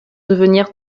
devenir